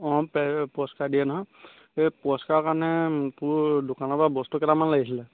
অঁ পুৰস্কাৰ দিয়ে নহয় এই পুৰস্কাৰৰ কাৰণে তোৰ দোকানৰপৰা বস্তু কেইটামান লাগিছিলে